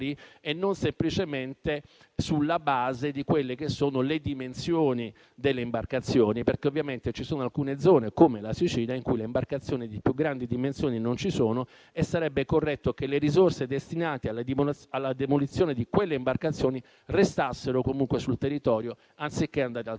e non semplicemente sulla base delle dimensioni delle imbarcazioni. Ci sono alcune zone come la Sicilia in cui le imbarcazioni più grandi non ci sono e sarebbe corretto che le risorse destinate alla demolizione di quelle imbarcazioni restassero sul territorio, anziché andare altrove.